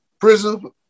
prison